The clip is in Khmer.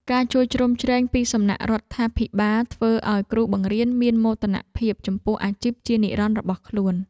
ការជួយជ្រោមជ្រែងពីសំណាក់រដ្ឋាភិបាលធ្វើឱ្យគ្រូបង្រៀនមានមោទនភាពចំពោះអាជីពជានិរន្តរ៍របស់ខ្លួន។